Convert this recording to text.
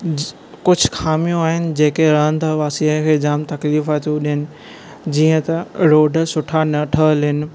कुझु ख़ामियूं आहिनि जेके रहनि था वासीअ खे जाम तकलीफ़ थियूं ॾियनि जीअं त रोड सुठा न ठहियलु आहिनि